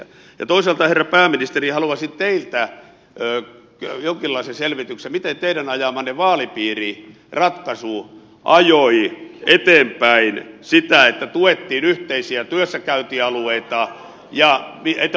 ja toisaalta herra pääministeri haluaisin teiltä jonkinlaisen selvityksen miten teidän ajamanne vaalipiiriratkaisu ajoi eteenpäin sitä että tuettiin yhteisiä työssäkäyntialueita ja että pirstottiin savoa